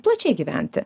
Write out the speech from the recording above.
plačiai gyventi